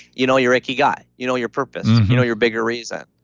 you know your ikigai. you know your purpose. you know your bigger reason